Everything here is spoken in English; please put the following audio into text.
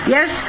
Yes